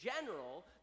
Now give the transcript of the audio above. general